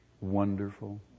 wonderful